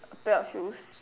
a pair of shoes